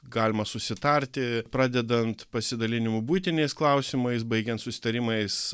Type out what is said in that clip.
galima susitarti pradedant pasidalinimu buitiniais klausimais baigiant susitarimais